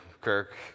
Kirk